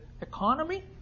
economy